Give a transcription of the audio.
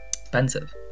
expensive